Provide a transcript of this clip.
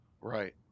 Right